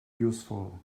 useful